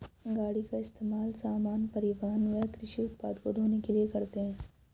गाड़ी का इस्तेमाल सामान, परिवहन व कृषि उत्पाद को ढ़ोने के लिए करते है